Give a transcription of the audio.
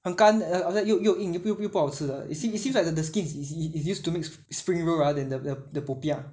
很干 uh 又又硬然后又又不好吃的 see~ seem like the skin is~ is~ is use to make spring roll ah than the the popiah